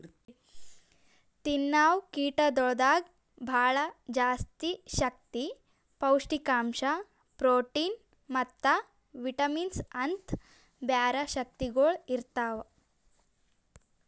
ತಿನ್ನವು ಕೀಟಗೊಳ್ದಾಗ್ ಭಾಳ ಜಾಸ್ತಿ ಶಕ್ತಿ, ಪೌಷ್ಠಿಕಾಂಶ, ಪ್ರೋಟಿನ್ ಮತ್ತ ವಿಟಮಿನ್ಸ್ ಅಂತ್ ಬ್ಯಾರೆ ಶಕ್ತಿಗೊಳ್ ಇರ್ತಾವ್